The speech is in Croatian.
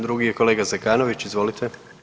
Drugi je kolega Zekanović, izvolite.